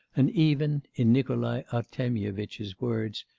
and even, in nikolai artemyevitch's words,